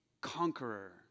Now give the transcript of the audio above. conqueror